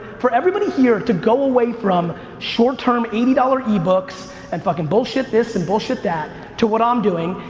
for everybody here to go away from short-term eighty dollars ebooks and fuckin' bullshit this and bullshit that, to what i'm doing,